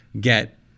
get